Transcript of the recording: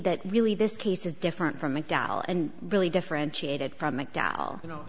that really this case is different from mcdowell and really differentiated from mcdowell you know